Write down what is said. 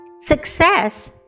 Success